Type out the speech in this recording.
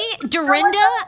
Dorinda